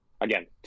Again